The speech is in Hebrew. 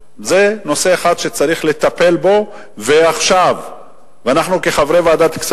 המדינה, והשתתפו בו רבים מחברי הכנסת.